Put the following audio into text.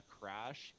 crash